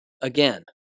again